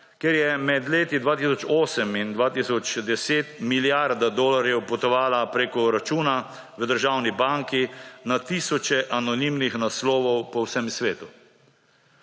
kjer je med leti 2008 in 2010 milijarda dolarjev potovala preko računa v državni banki na tisoče anonimnih naslovov po vsem svetu.